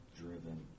driven